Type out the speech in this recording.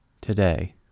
today